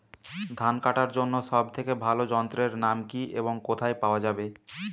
ধান কাটার জন্য সব থেকে ভালো যন্ত্রের নাম কি এবং কোথায় পাওয়া যাবে?